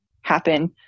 happen